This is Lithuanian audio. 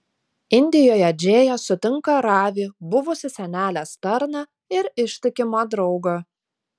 indijoje džėja sutinka ravį buvusį senelės tarną ir ištikimą draugą